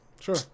sure